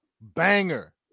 banger